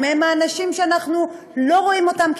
הם האנשים שאנחנו לא רואים אותם,